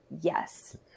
yes